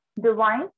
Divine